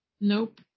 Nope